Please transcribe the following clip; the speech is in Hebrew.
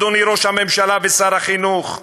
אדוני ראש הממשלה ושר החינוך,